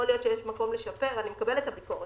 יכול להיות שיש מקום לשפר אני מקבלת את הביקורת.